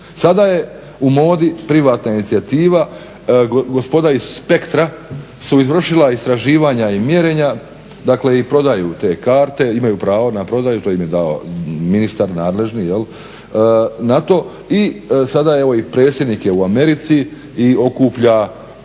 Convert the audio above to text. Sada je u modi privatna inicijativa. Gospoda iz Spektar-a su izvršila istraživanja i mjerenja dakle i prodaju te karte, imaju pravo na prodaju, to im je dao ministar nadležni na to. I sada evo i predsjednik je u Americi i okuplja